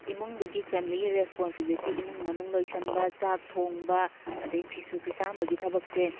ꯏꯃꯨꯡꯗꯨꯒꯤ ꯐꯦꯃꯤꯂꯤꯒꯤ ꯔꯦꯁꯄꯣꯟꯁꯤꯕꯤꯂꯤꯇꯤ ꯏꯃꯨꯡ ꯃꯅꯨꯡ ꯂꯣꯏꯁꯟꯕ ꯆꯥꯛ ꯊꯣꯡꯕ ꯑꯗꯒꯤ ꯐꯤꯁꯨ ꯐꯤꯁꯥꯝꯕꯒꯤ ꯊꯕꯛꯁꯦ